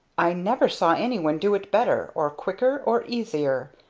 i never saw anyone do it better, or quicker, or easier.